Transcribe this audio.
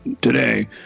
today